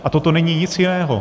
A toto není nic jiného.